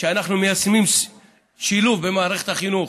כשאנחנו מיישמים שילוב במערכת החינוך,